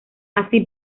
así